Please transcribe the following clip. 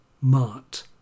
mart